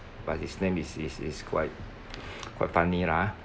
but his name is is is quite quite funny lah ah